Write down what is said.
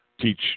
teach